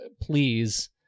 please